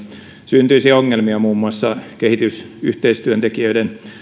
syntyisi ongelmia muun muassa kehitysyhteistyöntekijöiden